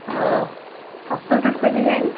ओ आ सूट उटपर डिजाइन